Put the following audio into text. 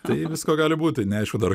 tai visko gali būti neaišku dar